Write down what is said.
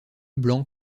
blanc